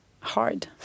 hard